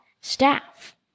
staff